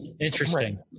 Interesting